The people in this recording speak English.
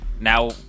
now